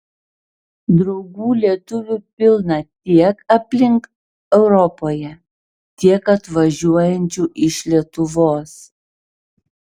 draugų lietuvių pilna tiek aplink europoje tiek atvažiuojančių iš lietuvos